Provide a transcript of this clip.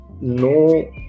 no